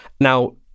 Now